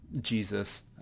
Jesus